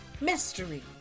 mystery